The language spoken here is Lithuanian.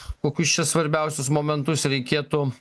kokius čia svarbiausius momentus reikėtų